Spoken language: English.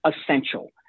essential